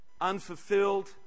unfulfilled